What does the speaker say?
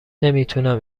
نمیتونم